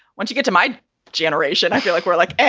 once you get to my generation, i feel like we're like, hey,